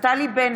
נפתלי בנט,